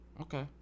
Okay